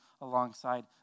alongside